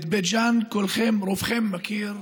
את בית ג'ן רובכם מכירים.